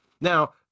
now